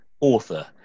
author